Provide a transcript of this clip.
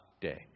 day